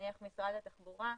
למשל משרד התחבורה,